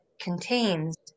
contains